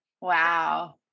Wow